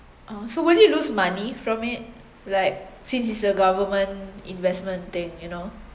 uh so where do you lose money from it like since it’s a government investment thing you know